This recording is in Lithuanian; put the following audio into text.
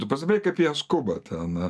tu pastebėjai kaip jie skuba ten